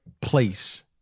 place